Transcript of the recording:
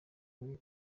kuri